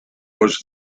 was